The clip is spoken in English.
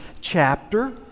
chapter